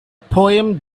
poem